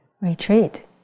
retreat